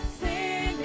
sing